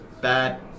bad